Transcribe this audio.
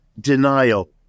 denial